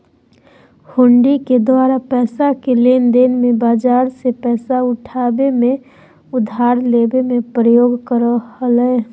हुंडी के द्वारा पैसा के लेनदेन मे, बाजार से पैसा उठाबे मे, उधार लेबे मे प्रयोग करो हलय